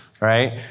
right